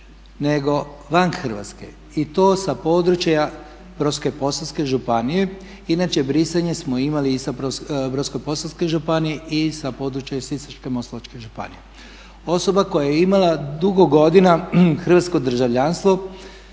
nego van Hrvatske i to sa područja Brodsko-posavske županije inače brisanje smo imali i sa Brodsko-posavske županije i sa područja Sisačko-moslavačke županije. Osoba koja je imala dugo godina hrvatsko državljanstvo